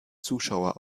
zuschauer